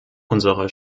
unsere